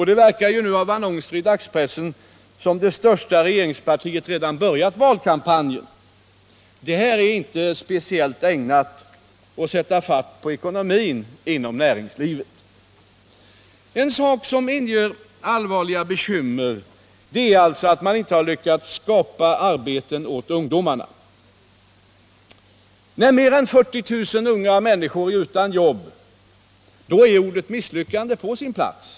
Det verkar av annonser i dagspressen som om det största regeringspartiet redan börjat valkampanjen. Detta är inte speciellt ägnat att sätta fart på ekonomin inom näringslivet. En sak som inger allvarliga bekymmer är att man inte lyckats skapa arbeten åt ungdomarna. När mer än 40 000 unga människor är utan jobb, är ordet misslyckande på sin plats.